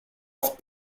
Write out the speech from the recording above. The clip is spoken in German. oft